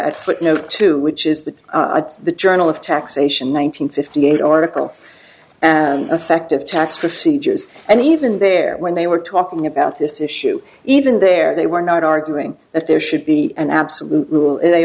at footnote two which is that the journal of taxation one nine hundred fifty eight article an effective tax for sieges and even there when they were talking about this issue even there they were not arguing that there should be an absolute rule and they